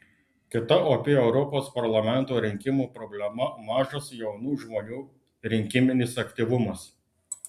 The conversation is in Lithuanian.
kita opi europos parlamento rinkimų problema mažas jaunų žmonių rinkiminis aktyvumas